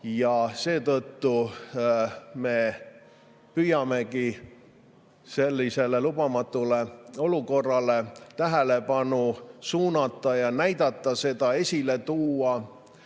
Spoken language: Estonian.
ja seetõttu me püüamegi sellisele lubamatule olukorrale tähelepanu suunata ja seda esile tuua.